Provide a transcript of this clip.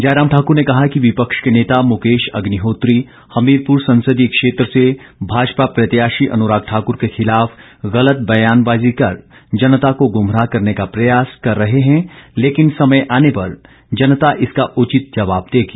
जयराम ठाक्र ने कहा कि विपक्ष के नेता मुकेश अग्निहोत्री हमीरपुर संसदीय क्षेत्र से भाजपा प्रत्याशी अनुराग ठाकुर के खिलाफ गलत बयानबाजी कर जनता को गुमराह करने का प्रयास कर रहे हैं लेकिन समय आने पर जनता इसका उचित जवाब देगी